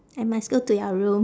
I must go to your room